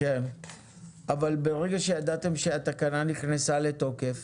אבל ברגע שידעתם שהתקנה נכנסה לתוקף